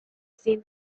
seen